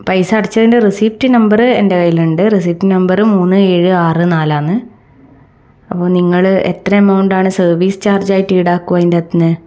പൈസ അടച്ചതിൻ്റെ receipt number എൻ്റെ കയ്യിലുണ്ട് റെസിപ്റ്റ് നമ്പർ മൂന്ന് ഏഴ് ആറ് നാലാണ് അപ്പോൾ നിങ്ങൾ എത്ര എമൗണ്ടാണ് സർവ്വീസ് ചാർജ്ജായിട്ട് ഈടാക്കുക അതിൻ്റകത്തുനിന്ന്